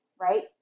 right